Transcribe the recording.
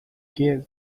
gaze